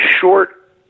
short